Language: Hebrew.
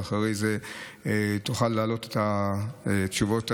ואחרי זה תוכל להעלות את התשובות לשאילתות.